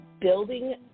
building